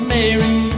Mary